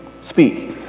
speak